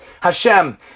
Hashem